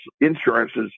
insurances